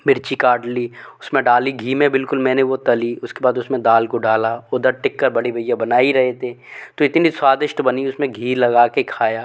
मिर्ची काट ली उस में डाली घी में बिल्कुल मैंने वो तली उसके बाद उस में दाल को डाला उधर टिक्कर बड़े भैया बना ही रहे थे तो इतनी स्वादिष्ट बनी उस में घी लगा के खाया